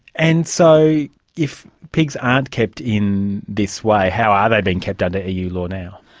and so if pigs aren't kept in this way, how are they being kept under eu law now?